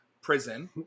prison